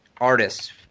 artists